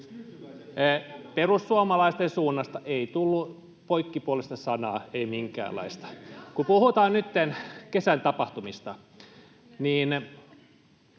Perussuomalaisten suunnasta ei tullut poikkipuolista sanaa, ei minkäänlaista. [Antti Lindtman: Ei yhtään!] Kun